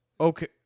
okay